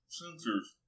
sensors